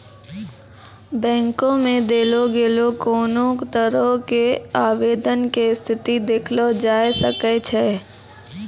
बैंको मे देलो गेलो कोनो तरहो के आवेदन के स्थिति देखलो जाय सकै छै